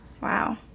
wow